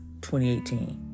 2018